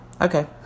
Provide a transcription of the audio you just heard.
Okay